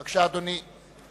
בבקשה, אדוני.